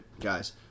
guys